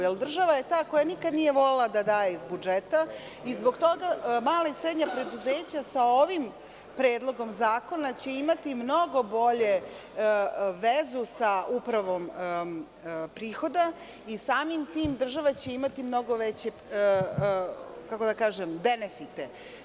Jer, država je ta koja nikad nije volela da daje iz budžeta i zbog toga mala i srednja preduzeća će sa ovim predlogom zakona imati mnogo bolje vezu sa upravom prihoda i samim tim država će imati mnogo veće benefite.